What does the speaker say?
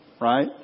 right